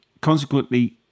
consequently